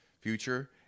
future